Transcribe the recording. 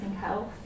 health